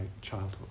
childhood